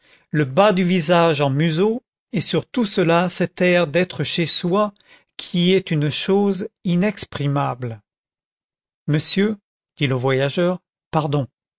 le bas du visage en museau et sur tout cela cet air d'être chez soi qui est une chose inexprimable monsieur dit le voyageur pardon